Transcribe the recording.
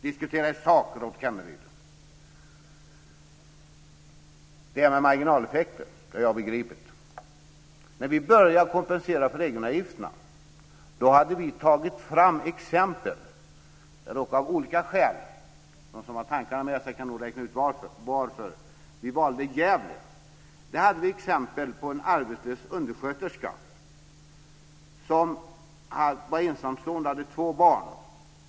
Diskutera i sak, Rolf Det här med marginaleffekter har jag begripit. När vi började kompensera för egenavgifterna hade vi tagit fram exempel. Av olika skäl - de som har tankarna med sig kan nog räkna ut varför - valde vi exempel från Gävle. Ett exempel var en arbetslös undersköterska. Hon var ensamstående och hade två barn.